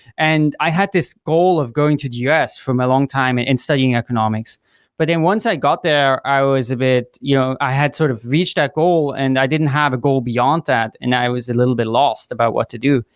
and i had this goal of going to the us from a long time and and studying so but then once i got there, i was a bit, you know i had sort of reached that goal and i didn't have a goal beyond that and i was a little bit lost about what to do.